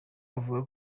avuga